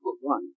One